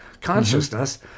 consciousness